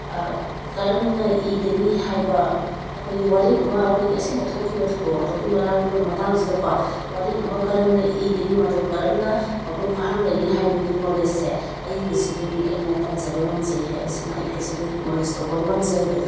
ꯀꯔꯝꯅ ꯏꯒꯅꯤ ꯍꯥꯏꯕ ꯑꯩꯈꯣꯏ ꯋꯥꯔꯦꯡ ꯑꯃ ꯑꯩꯈꯣꯏꯒꯤ ꯑꯁꯦꯡꯕ ꯊꯣꯛꯈꯤꯕ ꯊꯧꯗꯣꯛ ꯋꯥꯊꯣꯛꯀꯤ ꯃꯇꯥꯡꯁꯤꯗꯀꯣ ꯋꯥꯔꯦꯡ ꯑꯃ ꯀꯔꯝꯅ ꯏꯒꯅꯤ ꯃꯇꯧ ꯀꯔꯝꯅ ꯃꯄꯨꯡ ꯐꯥꯍꯟꯒꯅꯤ ꯍꯥꯏꯕꯒꯤ ꯅꯣꯂꯦꯖꯁꯦ ꯑꯏꯕꯁꯤꯗꯒꯤ ꯑꯩꯅ ꯇꯝꯖꯕ ꯉꯝꯖꯩ ꯍꯥꯏꯕꯁꯤ ꯑꯃ ꯑꯩ ꯍꯥꯏꯖꯅꯤꯡꯉꯤ ꯅꯣꯂꯦꯖ ꯂꯧꯕ ꯉꯝꯖꯕꯗꯣ